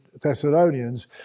Thessalonians